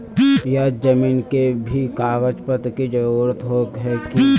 यहात जमीन के भी कागज पत्र की जरूरत होय है की?